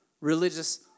religious